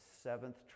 seventh